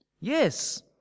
Yes